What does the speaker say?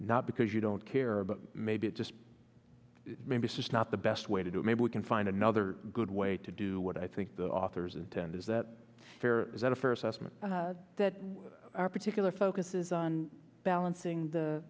not because you don't care but maybe just maybe this is not the best way to do it maybe we can find another good way to do what i think the author's intent is that there is that a fair assessment that our particular focus is on balancing the